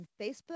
facebook